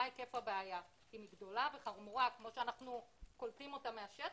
היקף הבעיה אם היא גדולה וחמורה כמו שאנחנו קולטים אותה מהשטח,